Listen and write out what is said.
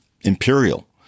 imperial